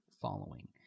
following